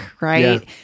right